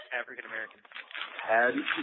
African-American